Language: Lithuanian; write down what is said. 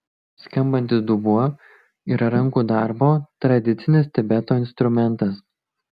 skambantis dubuo yra rankų darbo tradicinis tibeto instrumentas